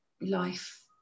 life